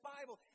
Bible